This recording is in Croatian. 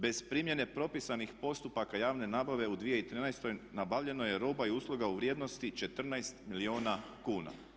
Bez primjene propisanih postupaka javne nabave u 2013. nabavljeno je roba i usluga u vrijednosti 14 milijuna kuna.